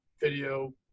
video